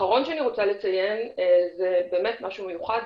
אחרון שאני רוצה לציין זה משהו מיוחד,